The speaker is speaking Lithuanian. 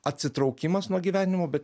atsitraukimas nuo gyvenimo bet